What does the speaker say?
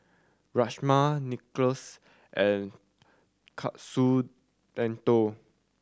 Rajma Nachos and Katsu Tendon